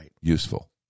useful